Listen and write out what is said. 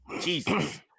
Jesus